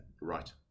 Right